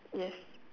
yes